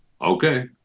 Okay